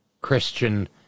Christian